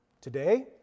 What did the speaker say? today